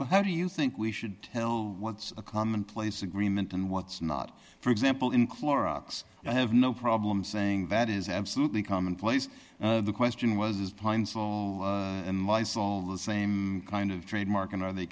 well how do you think we should tell what's a commonplace agreement and what's not for example in clorox i have no problem saying that is absolutely commonplace the question was is pine sol and lysol the same kind of trademark and are they